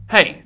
Hey